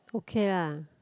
okay lah